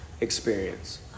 experience